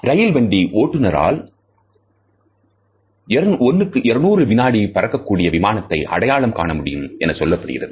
ரயில் வண்டி ஓட்டுனரால் 1200 வினாடிகளில் பறக்கக் கூடிய விமானத்தை அடையாளம் காணமுடியும் என சொல்லப்படுகிறது